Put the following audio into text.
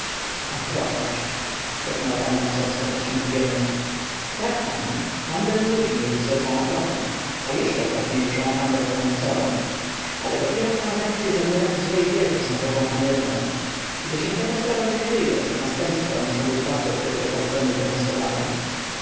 okropność szepnęła pani wąsowska patrząc w ziemię tak pani handel ludźmi jest rzeczą okropną a jeszcze okropniejszą handel samym sobą ale dopiero tranzakcye zawierane w złej wierze są rzeczą haniebną gdy się taka sprawa wykryje następstwa muszą być bardzo przykre dla strony